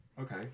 Okay